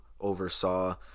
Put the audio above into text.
oversaw